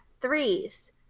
threes